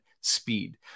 speed